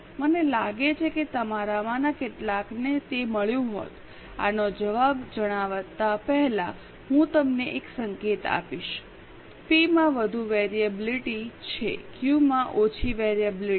મને લાગે છે કે તમારામાંના કેટલાકને તે મળ્યું હોત આનો જવાબ જણાવતા પહેલા હું તમને એક સંકેત આપીશ પી માં વધુ વેરિએબિલીટી છે ક્યૂ Q માં ઓછી વેરિએબિલીટી છે